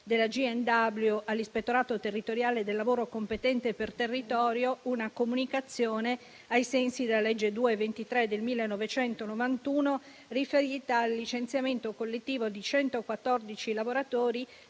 della G&W all'ispettorato territoriale del lavoro competente per territorio, una comunicazione ai sensi della legge n. 223 del 1991, riferita al licenziamento collettivo di 114 lavoratori,